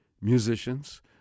musicians